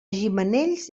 gimenells